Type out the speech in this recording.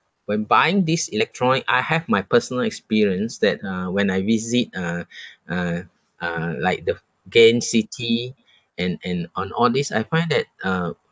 when buying these electronic I have my personal experience that uh when I visit uh uh uh like the gain city and and on all these I find that uh